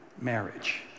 marriage